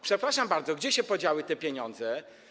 Przepraszam bardzo, gdzie się podziały te pieniądze?